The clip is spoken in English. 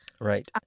right